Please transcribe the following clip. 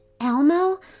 Elmo